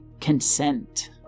consent